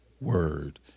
word